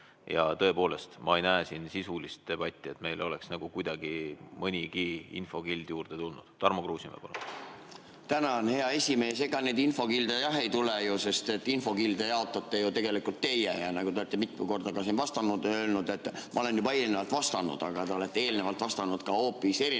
Tõepoolest, ma ei näe siin sisulist debatti, et meil oleks kuidagi mõnigi infokild juurde tulnud. Tarmo Kruusimäe, palun! Tänan, hea aseesimees! Ega neid infokilde jah ei tule, sest infokilde jaotate ju tegelikult teie. Te olete ka mitu korda siin vastanud ja öelnud: "Ma olen juba eelnevalt vastanud." Aga te olete eelnevalt vastanud ka hoopis erinevalt.